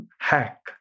hack